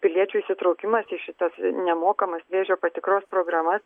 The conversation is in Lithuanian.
piliečių įsitraukimas į šitas nemokamas vėžio patikros programas